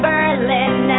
Berlin